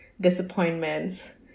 disappointments